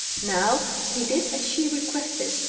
now he did as she requested,